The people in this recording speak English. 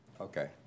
Okay